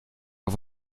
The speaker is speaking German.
auf